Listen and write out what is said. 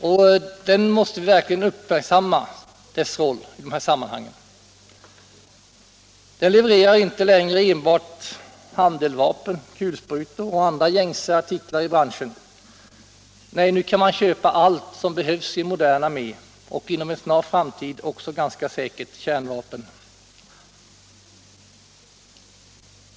Dess roll i de här sammanhangen måste vi verkligen uppmärksamma. Den levererar inte enbart handeldvapen, kulsprutor och andra gängse artiklar i branschen. Nej, nu kan man köpa allt som behövs i en modern armé, inom en snar framtid också ganska säkert kärnvapen.